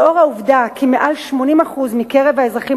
לאור העובדה שמעל 80% מקרב האזרחים